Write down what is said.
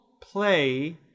Play